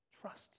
Trust